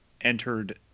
entered